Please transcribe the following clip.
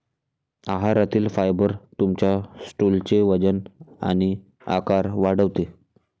आहारातील फायबर तुमच्या स्टूलचे वजन आणि आकार वाढवते